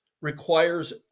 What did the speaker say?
requires